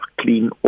clean